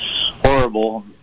horrible